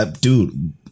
Dude